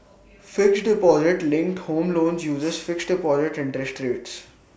fixed deposit linked home loans uses fixed deposit interest rates